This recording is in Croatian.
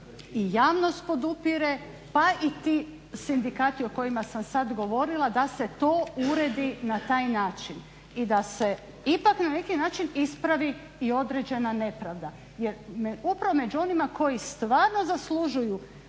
i javnost podupire pa i ti sindikati o kojima sam sada govorila da se to uredi na taj način i da se ipak na neki način ispravi i određena nepravda. Jer upravo među onima koji stvarno zaslužuju